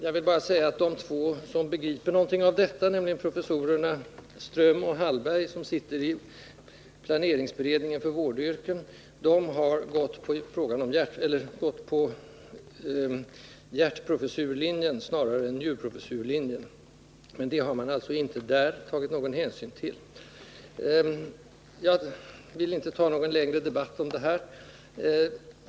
Jag vill bara säga att de två som begriper någonting av detta, nämligen professorerna Ström och Hallberg, som sitter i planeringsberedningen för vårdyrken, har gått på hjärtprofessurlinjen framför njurprofessurlinjen. Men det har utskottet alltså inte tagit någon hänsyn till. Jag har inte eftersträvat någon längre debatt om detta.